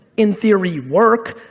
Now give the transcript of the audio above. in theory, work.